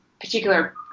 particular